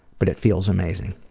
but it feels amazing.